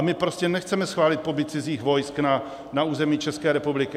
My prostě nechceme schválit pobyt cizích vojsk na území České republiky.